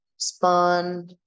Spawn